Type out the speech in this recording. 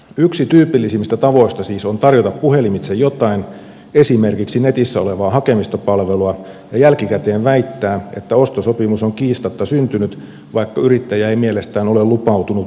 yksi tyypillisimmistä tavoista siis on tarjota puhelimitse jotain esimerkiksi netissä olevaa hakemistopalvelua ja jälkikäteen väittää että ostosopimus on kiistatta syntynyt vaikka yrittäjä ei mielestään ole lupautunut mihinkään